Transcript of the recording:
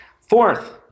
Fourth